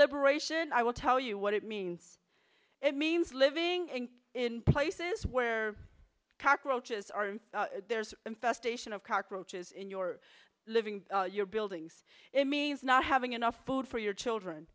liberation i will tell you what it means it means living in places where cockroaches are there's an infestation of cockroaches in your living your buildings it means not having enough food for your children